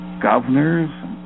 governors